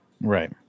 Right